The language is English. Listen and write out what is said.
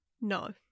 No